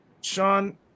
Sean